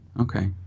okay